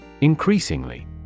Increasingly